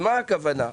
מה הכוונה?